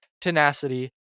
tenacity